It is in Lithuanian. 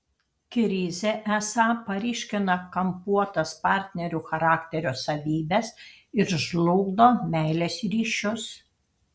krizė esą paryškina kampuotas partnerių charakterio savybes ir žlugdo meilės ryšius